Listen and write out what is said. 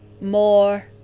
more